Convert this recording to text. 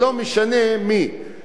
מה עוד, שאם זה בא,